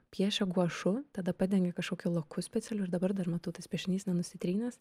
piešia guašu tada padengia kažkokiu laku specialiu ir dabar dar matau tas piešinys nenusitrynęs